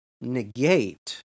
negate